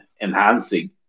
enhancing